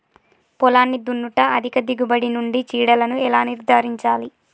పొలాన్ని దున్నుట అధిక దిగుబడి నుండి చీడలను ఎలా నిర్ధారించాలి?